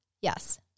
Yes